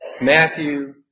Matthew